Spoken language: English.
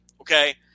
okay